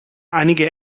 einige